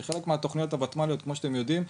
שחלק מהתוכניות הוותמ"ליות כמו שאתם יודעים,